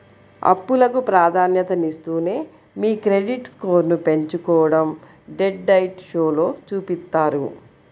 అప్పులకు ప్రాధాన్యతనిస్తూనే మీ క్రెడిట్ స్కోర్ను పెంచుకోడం డెట్ డైట్ షోలో చూపిత్తారు